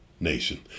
nation